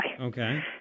Okay